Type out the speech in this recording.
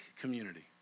community